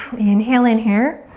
inhale in here.